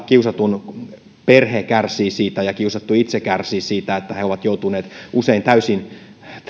kiusatun perhe kärsii siitä ja kiusattu itse kärsii siitä että he ovat joutuneet usein täysin